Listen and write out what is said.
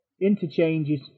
interchanges